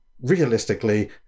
realistically